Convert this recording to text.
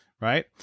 right